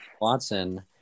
Watson